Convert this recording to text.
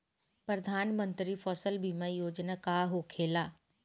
प्रधानमंत्री फसल बीमा योजना का होखेला?